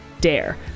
dare